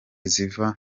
ziva